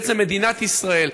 בעצם מדינת ישראל,